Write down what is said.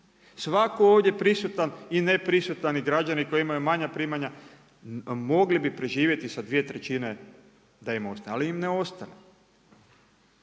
Svako ovdje prisutan i neprisutan i građani koji imaju manja primanja, mogli bi preživjeti sa 2/3 da im ostane, ali im ne ostane.